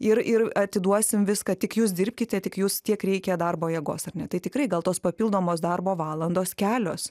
ir ir atiduosim viską tik jūs dirbkite tik jūs tiek reikia darbo jėgos ar ne tai tikrai gal tos papildomos darbo valandos kelios